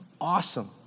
awesome